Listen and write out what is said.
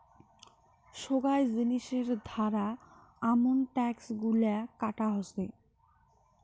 সোগায় জিনিসের ধারা আমন ট্যাক্স গুলা কাটা হসে